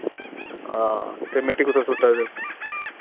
हां ते मिट्टी कुत्थे सुट्टा दे